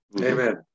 Amen